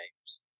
names